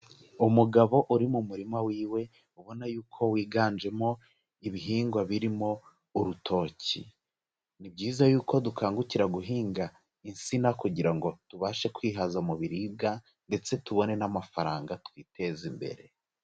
Umugabo uri mu murima w'iwe ubona yuko wiganjemo ibihingwa birimo urutoki. Ni byiza yuko dukangukira guhinga insina kugira ngo tubashe kwihaza mu biribwa ndetse tubone n'amafaranga twiteze imbere.